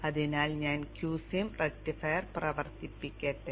അതിനാൽ ഞാൻ q sim rectifier പ്രവർത്തിപ്പിക്കട്ടെ